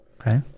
Okay